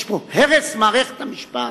יש פה הרס מערכת המשפט,